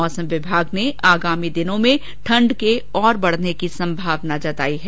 मौसम विभाग ने आगामी दिनों में ठंड के और बढ़ने की संभावना जताई है